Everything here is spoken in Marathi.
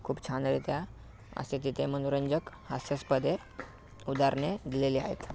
खूप छान रित्या असे तिथे मनोरंजक हास्यास्पद आहे उदाहरणे दिलेली आहेत